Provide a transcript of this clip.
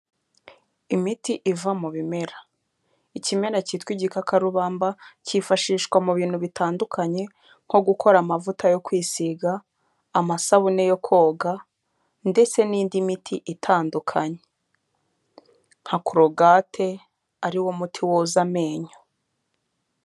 Imiti iva mu bimera; ikimera cyitwa igikakarubamba cyifashishwa mu bintu bitandukanye, nko gukora amavuta yo kwisiga, amasabune yo koga ndetse n'indi miti itandukanye; nka crogate ariwo muti woza amenyo.